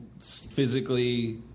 physically